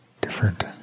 different